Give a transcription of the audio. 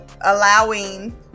allowing